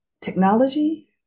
Technology